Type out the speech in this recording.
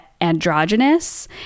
androgynous